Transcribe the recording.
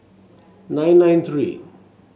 nine nine three